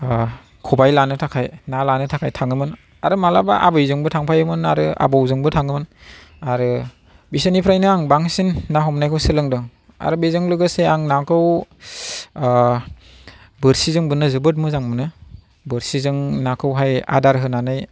खबाय लानो थाखाय ना लानो थाखाय थाङोमोन आरो माब्लाबा आबैजोंबो थांफायोमोन आरो आबौजोंबो थाङोमोन आरो बिसोरनिफ्रायनो आं बांसिन ना हमनायखौ सोलोंदों आरो बेजों लोगोसे आं नाखौ बोरसिजों बोननो जोबोर मोजां मोनो बोरसिजों नाखौहाय आदार होनानै